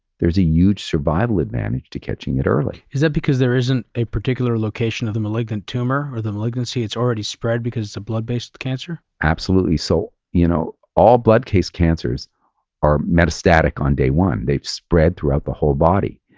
there's a huge survival advantage to catching it early. is that because there isn't a particular location of the malignant tumor or the malignancy? it's already spread because it's a blood-based cancer? absolutely. so you know all blood case cancers are metastatic on day one. they've spread throughout the whole body.